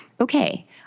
okay